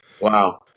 Wow